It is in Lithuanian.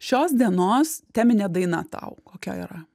šios dienos teminė daina tau kokia yra